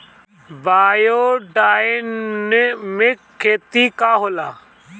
Biodynamic खेती का होला?